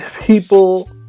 people